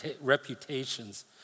reputations